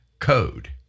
code